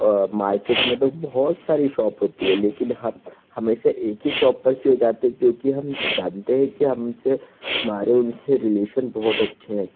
और market market में तो बहुत सारी शॉप होती है लेकिन हम हमेषा एक ही शॉप पे क्यों जाते हैं क्योंकि हम जानते हैं कि हमसे हमारे उनसे रीलेशन बहुत अच्छे हैं